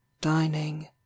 dining